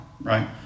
right